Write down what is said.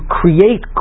create